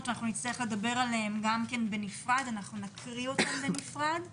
ואנחנו נצטרך לדבר עליהן גם בנפרד ואנחנו נקריא אותן בנפרד.